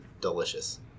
delicious